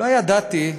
לא ידעתי,